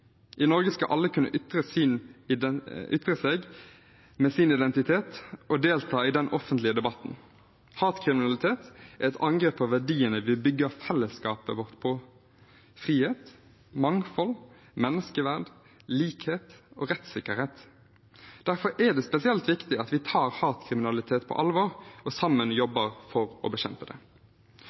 I Norge skal alle kunne ytre seg med sin identitet og delta i den offentlige debatten. Hatkriminalitet er et angrep på verdiene vi bygger fellesskapet vårt på: frihet, mangfold, menneskeverd, likhet og rettssikkerhet. Derfor er det spesielt viktig at vi tar hatkriminalitet på alvor og sammen jobber for å bekjempe det.